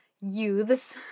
youths